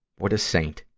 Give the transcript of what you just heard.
what a saint.